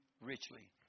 richly